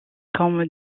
comme